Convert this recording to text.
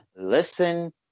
listen